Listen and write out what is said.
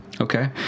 Okay